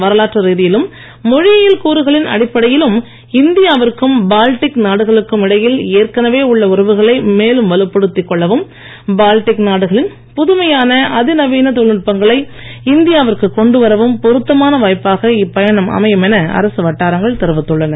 வரலாற்று ரீதியிலும் மொழியியல் கூறுகளின் அடிப்படையிலும் இந்தியாவிற்கும் பால்டிக் நாடுகளுக்கும் இடையில் ஏற்கனவே உள்ள உறவுகளை மேலும் வலுப்படுத்தி கொள்ளவும் பால்டிக் நாடுகளின் புதுமையான தொழில்நுட்பங்களை இந்தியாவிற்கு கொண்டு வரவும் பொருத்தமான வாய்ப்பாக இப்பயணம் அமையும் என அரசு வட்டாரங்கள் தெரிவித்துள்ளன